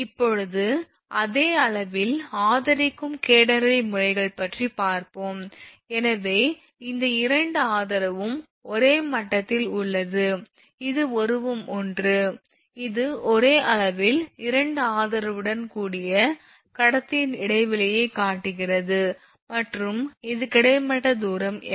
இப்போது அதே அளவில் ஆதரிக்கும் கேடனரி முறைகள் பற்றி பார்ப்போம் எனவே இந்த இரண்டு ஆதரவும் ஒரே மட்டத்தில் உள்ளது இது உருவம் ஒன்று இது ஒரே அளவில் 2 ஆதரவுடன் கூடிய கடத்தியின் இடைவெளியைக் காட்டுகிறது மற்றும் இது கிடைமட்ட தூரம் L